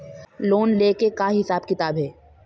Loan ले के का हिसाब किताब हे?